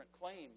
claims